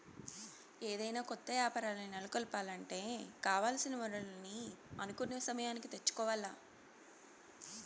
ఏదైనా కొత్త యాపారాల్ని నెలకొలపాలంటే కావాల్సిన వనరుల్ని అనుకున్న సమయానికి తెచ్చుకోవాల్ల